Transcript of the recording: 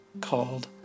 called